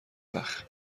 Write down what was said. وقت